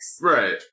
Right